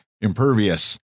impervious